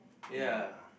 ya